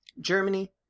Germany